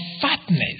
fatness